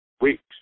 weeks